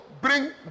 bring